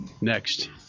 next